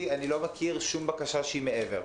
ידיעתי, אני לא מכיר שום בקשה שהיא מעבר.